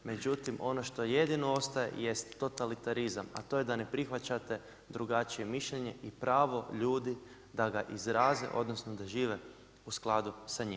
Međutim, ono što jedino ostaje jest totalitarizam, a to je da ne prihvaćate drugačije mišljenje i pravo ljudi da ga izraze odnosno da žive u skladu sa njim.